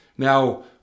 Now